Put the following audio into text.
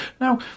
now